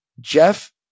Jeff